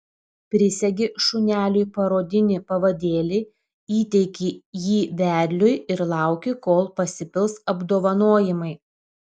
prisegi šuneliui parodinį pavadėlį įteiki jį vedliui ir lauki kol pasipils apdovanojimai